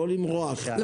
לא למרוח.